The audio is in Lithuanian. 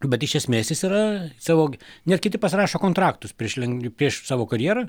bet iš esmės jis yra savo net kiti pasirašo kontraktus prieš leng prieš savo karjerą